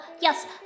Yes